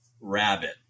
rabbit